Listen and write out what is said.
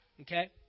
Okay